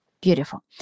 Beautiful